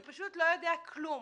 כי הוא פשוט לא יודע כלום.